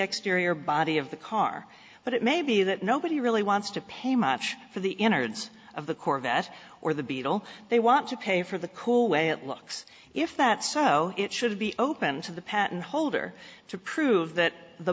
exterior body of the car but it may be that nobody really wants to pay much for the innards of the corvette or the beetle they want to pay for the cool way it looks if that so it should be open to the patent holder to prove that the